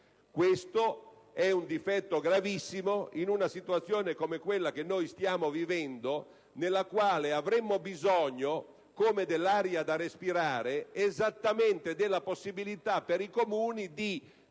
Questo è un difetto gravissimo in una situazione come quella che noi stiamo vivendo, nella quale avremmo bisogno, come dell'aria da respirare, esattamente dalla possibilità di consentire